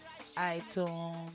iTunes